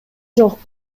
жок